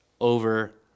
over